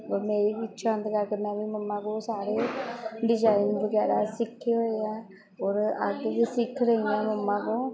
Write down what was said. ਔਰ ਮੇਰੀ ਵੀ ਇੱਛਾ ਹੋਣ ਦੇ ਕਰਕੇ ਮੈਂ ਵੀ ਮੰਮਾ ਕੋਲ ਸਾਰੇ ਡਿਜ਼ਾਇਨ ਵਗੈਰਾ ਸਿੱਖੇ ਹੋਏ ਹੈ ਔਰ ਅੱਜ ਵੀ ਸਿੱਖ ਰਹੀ ਹਾਂ ਮੰਮਾ ਕੋਲ